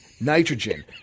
nitrogen